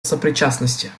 сопричастности